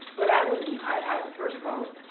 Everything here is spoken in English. but i wouldn't, i, first of all,